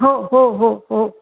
हो हो हो हो